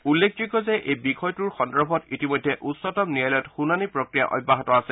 উল্লেখযোগ্য যে এই বিষয়টো সন্দৰ্ভত ইতিমধ্যে উচ্চতম ন্যয়ালয়ত শুনানী প্ৰক্ৰিয়া অব্যাহত আছে